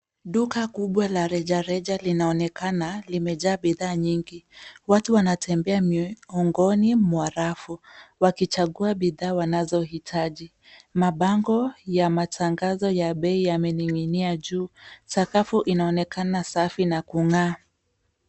Duka kubwa la rejareja linaonekana limejaa bidhaa nyingi. Watu wanatembea miongoni mwa rafu wakichagua bidhaa wanazohitaji. Mabango ya matangazo ya bei yamening'inia juu. Sakafu inaonekana safi na kung'aa.